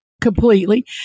Completely